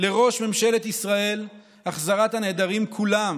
לראש ממשלת ישראל החזרת הנעדרים כולם